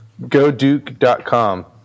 Goduke.com